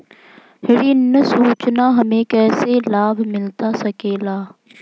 ऋण सूचना हमें कैसे लाभ मिलता सके ला?